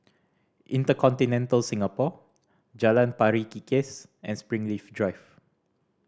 InterContinental Singapore Jalan Pari Kikis and Springleaf Drive